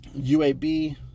UAB